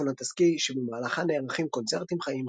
עונת הסקי שבמהלכה נערכים קונצרטים חיים,